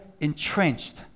entrenched